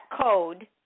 code